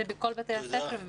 זה בכל בתי הספר?